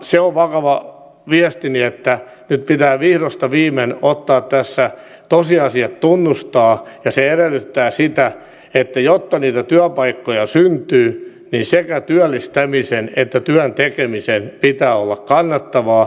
se on vakava viestini että nyt pitää vihdosta viimein tosiasiat tunnustaa ja se edellyttää sitä että jotta niitä työpaikkoja syntyy niin sekä työllistämisen että työn tekemisen pitää olla kannattavaa